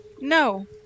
No